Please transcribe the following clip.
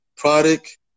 Product